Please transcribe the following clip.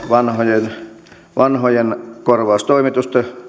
vanhojen vanhojen korvaustoimitusten